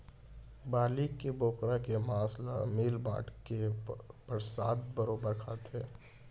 बलि के बोकरा के मांस ल मिल बांट के परसाद बरोबर खाथें